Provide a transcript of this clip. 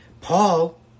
Paul